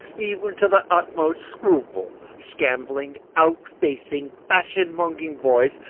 even to the utmost scruple, scambling, out-facing, fashion-monging boys,